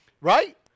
right